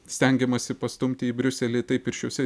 stengiamasi pastumti į briuselį taip ir šiuose